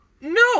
no